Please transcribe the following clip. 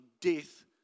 death